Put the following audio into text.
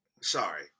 Sorry